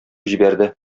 җибәрде